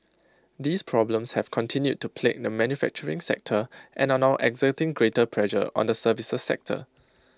these problems have continued to plague the manufacturing sector and are now exerting greater pressure on the services sector